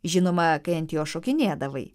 žinoma kai ant jos šokinėdavai